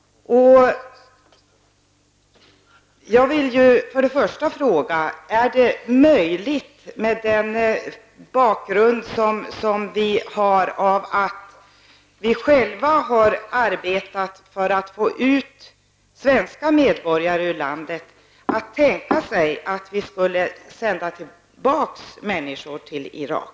Jag vill först fråga: Är det möjligt, mot bakgrund av att vi själva har arbetat för att få ut svenska medborgare ur landet, att tänka sig att vi skulle sända tillbaka människor till Irak?